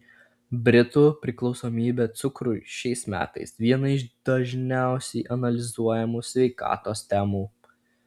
britų priklausomybė cukrui šiais metais viena iš dažniausiai analizuojamų sveikatos temų